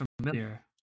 familiar